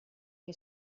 que